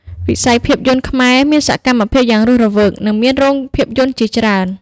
វិស័យភាពយន្តខ្មែរមានសកម្មភាពយ៉ាងរស់រវើក និងមានរោងភាពយន្តជាច្រើន។